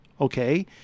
okay